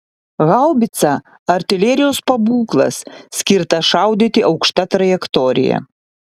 haubica artilerijos pabūklas skirtas šaudyti aukšta trajektorija